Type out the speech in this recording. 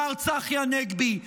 מר צחי הנגבי,